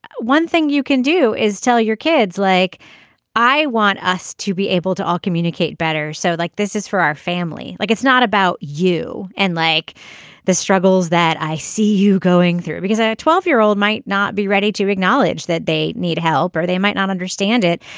one thing you can do is tell your kids like i want us to be able to all communicate better. so like this is for our family like it's not about you. and like the struggles that i see you going through because i a twelve year old might not be ready to acknowledge that they need help or they might not understand it.